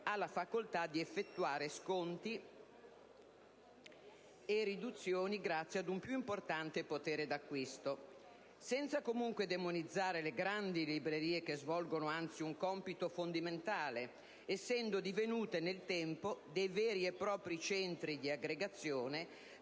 ha la facoltà di effettuare sconti e riduzioni grazie a un più importante potere di acquisto (senza comunque demonizzare le grandi librerie che svolgono, anzi, un compito fondamentale, essendo divenute nel tempo dei veri e propri centri di aggregazione